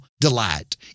delight